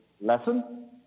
lesson